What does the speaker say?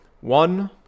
One